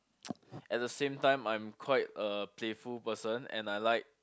at the same time I'm quite a playful person and I like